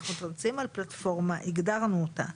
אנחנו נמצאים על פלטפורמה, הגדרנו אותה,